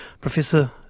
Professor